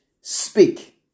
speak